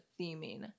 theming